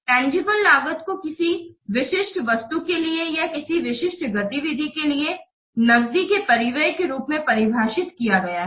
tangible लागत को किसी विशिष्ट वस्तु के लिए या किसी विशिष्ट गतिविधि के लिए नकदी के परिव्यय के रूप में परिभाषित किया गया है